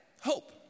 hope